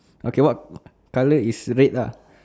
okay what colour is red lah